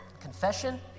confession